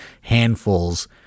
handfuls